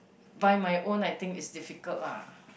by my own I think is difficult lah